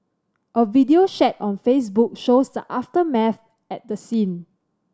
a video shared on Facebook shows the aftermath at the scene